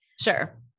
Sure